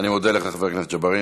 אני מודה לך, חבר הכנסת ג'בארין.